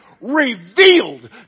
revealed